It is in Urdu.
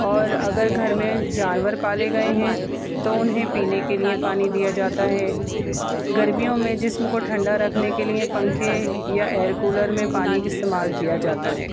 اور اگر گھر میں جانور پالے گئے ہیں تو انہیں پینے کے لیے پانی دیا جاتا ہے گرمیوں میں جسم کو ٹھنڈا رکھنے کے لیے پنکھے یا ایئر کولر میں پانی استعمال کیا جاتا ہے